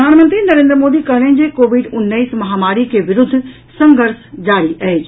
प्रधानमंत्री नरेन्द्र मोदी कहलनि जे कोविड उन्नैस महामारी के विरूद्ध संघर्ष जारी अछि